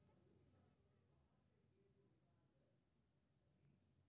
एकर कमी सं कार्य उत्पादक क्षमता घटि सकै छै